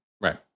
Right